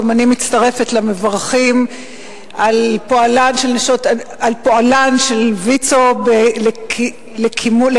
גם אני מצטרפת למברכים על פועלה של ויצו בתקומת